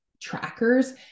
trackers